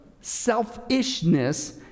selfishness